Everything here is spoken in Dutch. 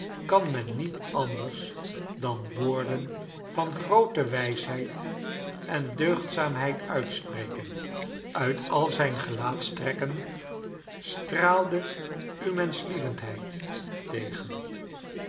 kan men niet anders dan woorden van groote wijsheid en deugdzaamheid uitspreken uit al zijn gelaatstrekken straalde u menschlievendheid tegen